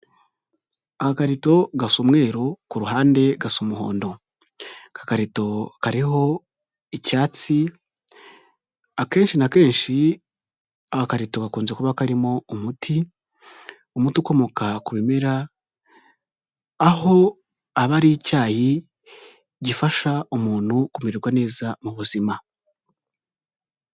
Akakarito gasa umweru kuhande gasa umuhondo , agakarito kariho icyatsi akenshi na kenshi agakarito gakunze kuba karimo umuti, umuti ukomoka ku bimera aho aba ari icyayi gifasha umuntu kumererwa neza mu buzima.